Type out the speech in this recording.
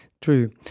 true